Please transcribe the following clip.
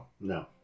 No